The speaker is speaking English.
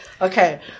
Okay